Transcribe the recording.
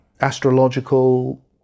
astrological